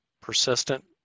Persistent